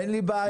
אין לי בעיה.